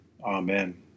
Amen